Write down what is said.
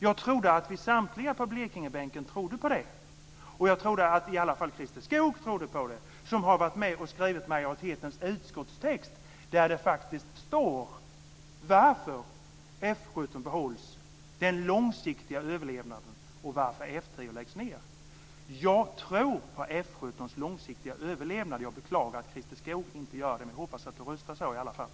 Jag trodde att vi samtliga på Blekingebänken trodde på det. Jag trodde i alla fall att Christer Skoog trodde på det. Han har ju varit med och skrivit majoritetens utskottstext där det faktiskt står varför F 17 behålls, nämligen den långsiktiga överlevnaden, och varför F 10 läggs ned. Jag tror på F 17:s långsiktiga överlevnad. Jag beklagar att Christer Skoog inte gör det, men jag hoppas att han röstar så i alla fall.